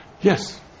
Yes